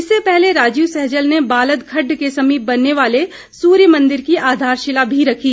इससे पहले राजीव सहजल ने बालद खड्ड के समीप बनने वाले सूर्य मंदिर की आधारशिला भी रखी